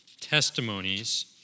testimonies